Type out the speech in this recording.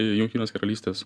jungtinės karalystės